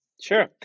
Sure